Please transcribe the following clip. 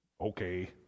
Okay